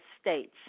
states